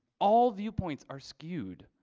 all viewpoints are skewed.